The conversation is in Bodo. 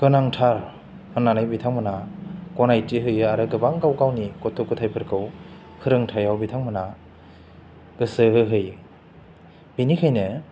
गोनांथार होन्नानै बिथांमोनहा गनायथि होयो आरो गोबां गाव गावनि गथ' गथायफोरखौ फोरोंथाइयाव बिथांमोनहा गोसो होहोयो बिनिखायनो